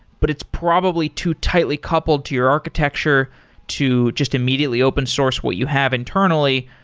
but it's probably too tightly coupled to your architecture to just immediately open source what you have internally.